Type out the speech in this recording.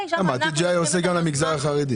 שם אנחנו --- ה-TGI היה עושה גם למגזר החרדי.